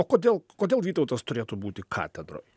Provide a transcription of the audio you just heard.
o kodėl kodėl vytautas turėtų būti katedroj